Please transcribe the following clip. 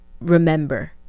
remember